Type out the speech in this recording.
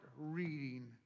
reading